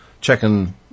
checking